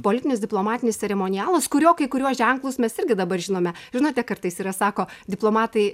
politinis diplomatinis ceremonialas kurio kai kuriuos ženklus mes irgi dabar žinome žinote kartais yra sako diplomatai